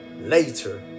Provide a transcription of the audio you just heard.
later